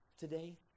today